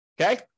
Okay